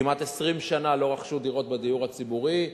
כמעט 20 שנה לא רכשו דירות בדיור הציבורי.